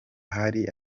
hari